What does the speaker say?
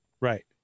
right